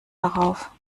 darauf